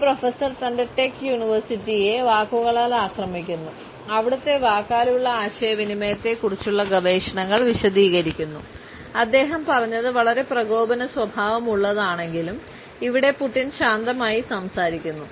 ഒരു പ്രൊഫസർ തന്റെ ടെക് യൂണിവേഴ്സിറ്റിയെ വാക്കുകളാൽ ആക്രമിക്കുന്നു അവിടത്തെ വാക്കാലുള്ള ആശയവിനിമയത്തെക്കുറിച്ചുള്ള ഗവേഷണങ്ങൾ വിശദീകരിക്കുന്നു അദ്ദേഹം പറഞ്ഞത് വളരെ പ്രകോപന സ്വഭാവം ഉള്ളതാണെങ്കിലും ഇവിടെ പുടിൻ ശാന്തമായി സംസാരിക്കുന്നു